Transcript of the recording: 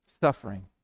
suffering